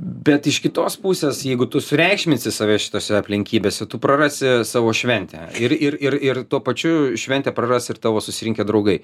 bet iš kitos pusės jeigu tu sureikšminsi save šitose aplinkybėse tu prarasi savo šventę ir ir ir tuo pačiu šventė praras ir tavo susirinkę draugai